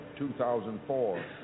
2004